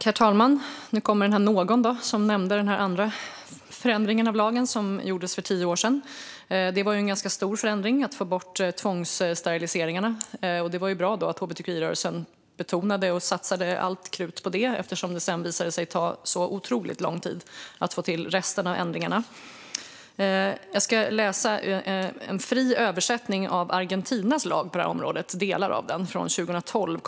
Herr talman! Här kommer denne "någon" som nämnde den förändring av lagen som gjordes för tio år sedan! Det var en ganska stor förändring som handlade om att få bort tvångssteriliseringarna, och det var ju bra att hbtqi-rörelsen lade allt krut på det eftersom det sedan visade sig ta så otroligt lång tid att få till resten av ändringarna. Jag ska läsa en fri översättning av delar av Argentinas lag på detta område. Den kom 2012.